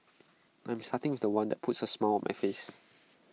I'm starting with The One that puts A smile my face